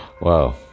Wow